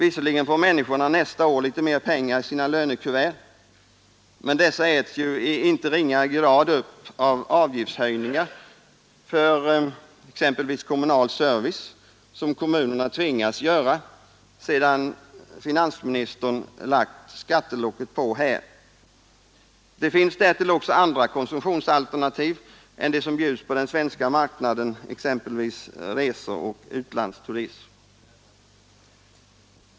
Visserligen får människorna nästa år litet mer pengar i sina lönekuvert, men dessa äts i inte ringa grad upp av avgiftshöjningar för exempelvis kommunal service som kommunerna tvingats göra sedan finansministern lagt på skattelocket. Det finns därtill också andra konsumtionsalternativ än de som bjuds på den svenska marknaden, exempelvis resor och utlandsturismen.